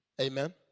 Amen